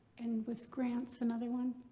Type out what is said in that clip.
and was grants another one?